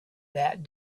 that